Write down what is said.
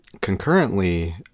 concurrently